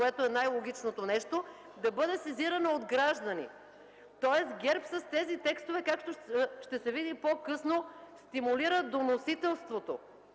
което е най-логичното нещо, а да бъде сезирана от граждани. Тоест ГЕРБ с тези текстове, както ще се види и по-късно, стимулира доносителството.